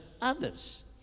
others